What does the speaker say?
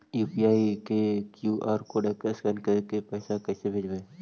UPI के QR code scan करके पैसा कैसे भेजबइ?